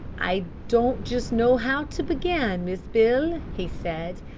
i don't just know how to begin, miss beale, he said.